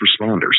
responders